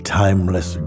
timeless